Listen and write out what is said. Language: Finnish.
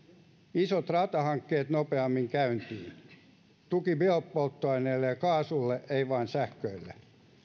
isot ratahankkeet nopeammin käyntiin tuki biopolttoaineelle ja kaasulle ei vain sähköille